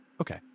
Okay